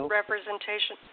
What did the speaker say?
representation